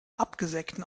absägten